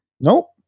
Nope